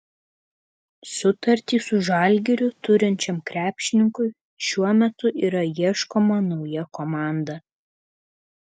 sutartį su žalgiriu turinčiam krepšininkui šiuo metu yra ieškoma nauja komanda